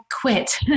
quit